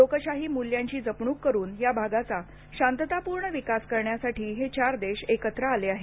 लोकशाही मूल्यांची जपणूक करून या भागाचा शांततापूर्ण विकास करण्यासाठी हे चार देश एकत्र आले आहेत